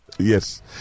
Yes